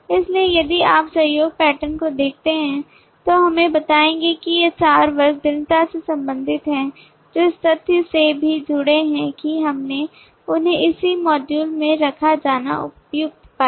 इसलिए यदि आप सहयोग पैटर्न को देखते हैं तो हमें बताएंगे कि ये चार वर्ग दृढ़ता से संबंधित हैं जो इस तथ्य से भी जुड़े हैं कि हमने उन्हें उसी मॉड्यूल में रखा जाना उपयुक्त पाया